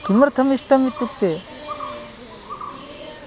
किमर्थमिष्टम् इत्युक्ते